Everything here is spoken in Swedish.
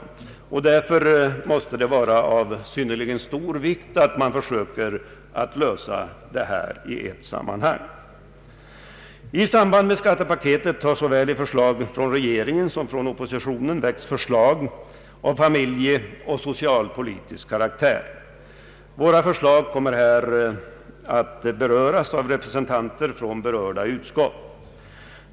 Därför måste det vara av synnerligen stor vikt att man försöker att lösa dessa problem i ett sammanhang. I samband med skattepaketet har såväl från regeringen som från oppositionen väckts förslag av familjeoch socialpolitisk karaktär. Våra förslag kommer att beröras av representanter från ifrågavarande utskott.